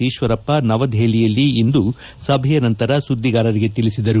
ಈಶ್ವರಪ್ಪ ನವದೆಹಲಿಯಲ್ಲಿಂದು ಸಭೆಯ ನಂತರ ಸುದ್ದಿಗಾರರಿಗೆ ತಿಳಿಸಿದ್ದಾರೆ